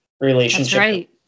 relationship